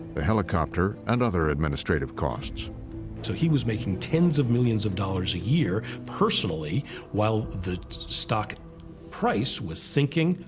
the helicopter, and other administrative costs. so he was making tens of millions of dollars a year personally while the stock price was sinking,